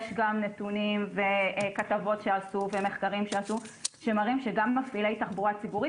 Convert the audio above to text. יש גם נתונים וכתבות שעשו ומחקרים שעשו שמראים שגם מפעילי תחבורה ציבורית